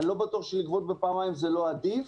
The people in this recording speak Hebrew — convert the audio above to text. ואני לא בטוח שלגבות בפעמיים זה לא עדיף.